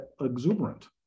exuberant